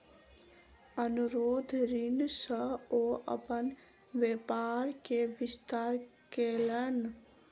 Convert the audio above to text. अनुरोध ऋण सॅ ओ अपन व्यापार के विस्तार कयलैन